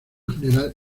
general